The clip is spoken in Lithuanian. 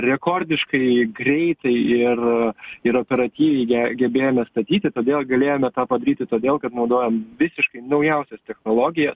rekordiškai greitai ir ir operatyviai ge gebėjome statyti todėl galėjome tą padaryti todėl kad naudojom visiškai naujausias technologija